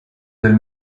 del